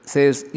Says